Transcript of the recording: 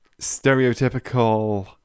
stereotypical